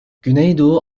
güneydoğu